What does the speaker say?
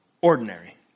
ordinary